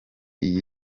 iyi